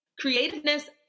creativeness